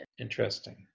Interesting